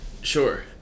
Sure